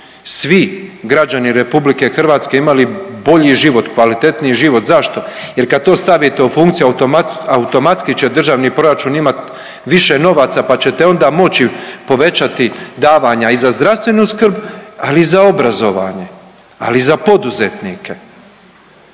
svi građani RH imali bolji život, kvalitetniji život. Zašto, jer kad to stavite u funkciju automatski će Državni proračun imati više novaca pa ćete onda moći povećati davanja i za zdravstvenu skrb, ali i za obrazovanje, ali i za poduzetnike.